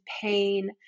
pain